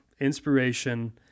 inspiration